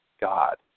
God